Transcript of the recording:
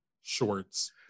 shorts